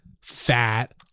fat